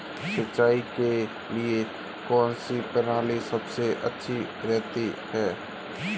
सिंचाई के लिए कौनसी प्रणाली सबसे अच्छी रहती है?